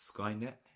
Skynet